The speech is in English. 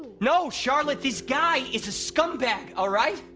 no charlotte! this guy is a scumbag, alright?